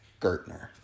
Gertner